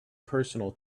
personal